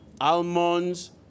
almonds